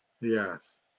yes